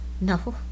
No